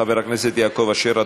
חבר הכנסת יעקב אשר.